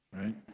right